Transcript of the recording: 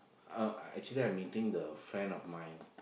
uh actually I meeting the friend of mine